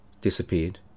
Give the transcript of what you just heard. disappeared